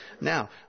now